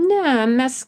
ne mes